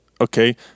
okay